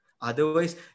Otherwise